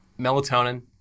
melatonin